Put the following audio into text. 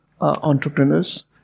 entrepreneurs